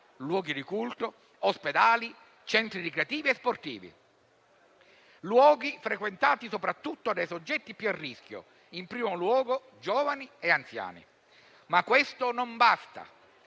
luoghi di culto, ospedali, centri ricreativi e sportivi, luoghi frequentati soprattutto dai soggetti più a rischio, in primo luogo giovani e anziani. Ma questo non basta: